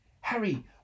Harry